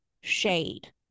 shade